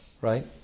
right